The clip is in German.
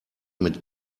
mit